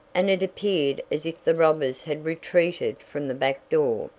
and it appeared as if the robbers had retreated from the back door.